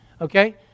okay